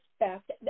expect